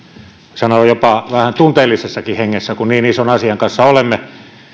sanon jopa vähän tunteellisessakin hengessä kun niin ison asian kanssa olemme